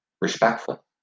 respectful